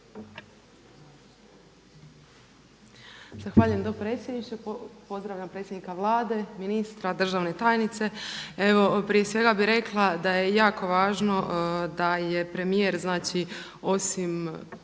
Zahvaljujem dopredsjedniče. Pozdravljam predsjednika Vlade, ministra, državne tajnice. Evo prije svega bih rekla da je jako važno da je premijer, znači osim